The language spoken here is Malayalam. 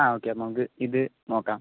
ആ ഓക്കെ അപ്പോൾ നമുക്ക് ഇതു നോക്കാം